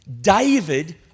David